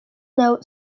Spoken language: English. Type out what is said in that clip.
note